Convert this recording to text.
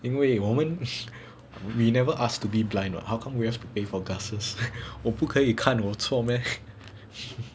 因为我们 we never asked to be blind what how come we have to pay for glasses 我不可以看我错么